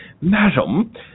Madam